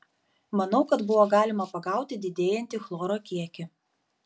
manau kad buvo galima pagauti didėjantį chloro kiekį